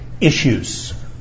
issues